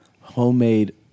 homemade